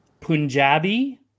punjabi